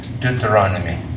Deuteronomy